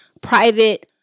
private